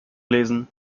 lesen